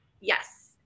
Yes